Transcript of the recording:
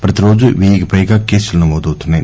ప్రతి రోజూ వెయ్యికి పైగా కేసులు నమోదవుతున్నాయి